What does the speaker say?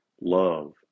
love